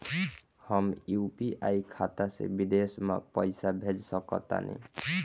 हम यू.पी.आई खाता से विदेश म पइसा भेज सक तानि?